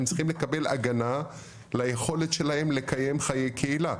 הם צריכים לקבל הגנה ליכולת שלהם לקיים חיי קהילה,